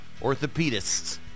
orthopedists